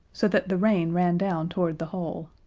so that the rain ran down toward the hole.